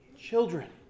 Children